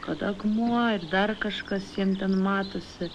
kad akmuo ir dar kažkas jiem ten matosi